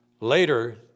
Later